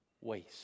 waste